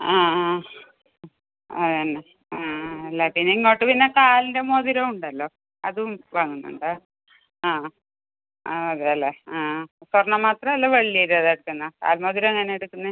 ആ ആ അതന്നെ ആ ആ എന്നാൽ പിന്നെ ഇങ്ങോട്ട് പിന്നെ കാലിൻ്റെ മോതിരം ഉണ്ടല്ലോ അതും വാങ്ങുന്നുണ്ടോ ആ അതെ അല്ലേ ആ സ്വർണ്ണം മാത്രം അല്ല വെള്ളിയുടെ ഇത് എടുക്കുണ്ണോ കാൽ മോതിരം എങ്ങനെയാണ് എടുക്കുന്നത്